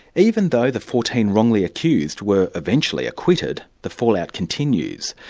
even though the fourteen wrongly accused were eventually acquitted, the fallout continues.